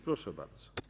Proszę bardzo.